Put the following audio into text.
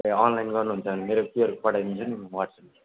ए online गर्नुहुन्छ भने मेरो क्युआर पठाइदिन्छु नि म वाट्सएपमा